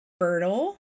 fertile